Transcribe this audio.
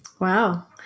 Wow